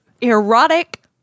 erotic